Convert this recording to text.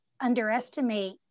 underestimate